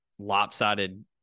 Lopsided